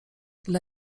dla